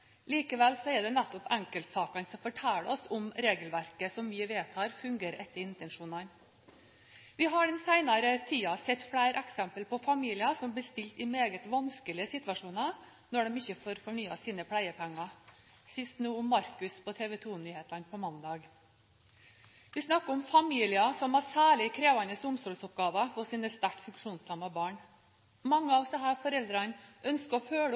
Likevel er det nettopp enkeltsakene som forteller oss om regelverket som vi vedtar, fungerer etter intensjonene. Vi har den senere tid sett flere eksempler på familier som blir stilt i meget vanskelige situasjoner når de ikke får fornyet sine pleiepenger – sist nå om Markus på TV 2-nyhetene på mandag. Vi snakker om familier som har særlig krevende omsorgsoppgaver for sine sterkt funksjonshemmede barn. Mange av disse foreldrene ønsker å